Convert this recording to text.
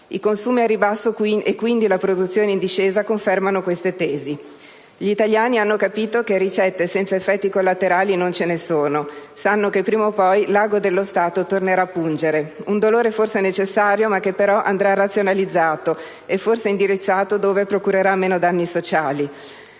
I consumi al ribasso e quindi la produzione in discesa confermano queste tesi. Gli italiani hanno capito che ricette senza effetti collaterali non ce ne sono; sanno che prima o poi «l'ago dello Stato» tornerà a pungere, un dolore forse necessario, ma che andrà razionalizzato e forse indirizzato dove procurerà meno danni sociali.